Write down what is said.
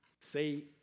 Say